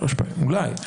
אולי.